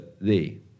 thee